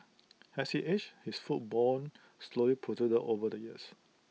as he aged his foot bone slowly protruded over the years